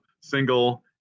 single